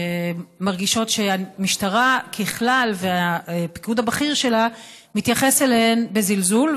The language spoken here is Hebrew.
שמרגישות שהמשטרה ככלל והפיקוד הבכיר שלה מתייחסים אליהן בזלזול,